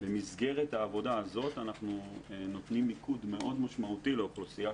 היום אנחנו מקיימים דיון מיוחד לציון